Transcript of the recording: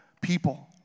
people